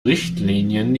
richtlinien